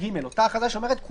מה שאמרו היועצים המשפטיים הוא